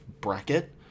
bracket